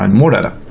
and more data.